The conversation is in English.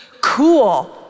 cool